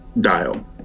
dial